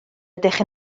ydych